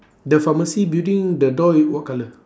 the pharmacy building the door i~ what colour